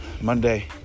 Monday